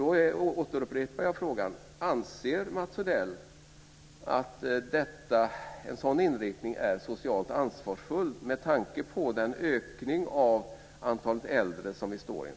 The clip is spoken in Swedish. Då upprepar jag frågan: Anser Mats Odell att en sådan inriktning är socialt ansvarsfull med tanke på den ökning av antalet äldre som vi står inför?